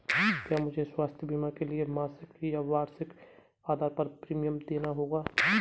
क्या मुझे स्वास्थ्य बीमा के लिए मासिक या वार्षिक आधार पर प्रीमियम देना होगा?